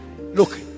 look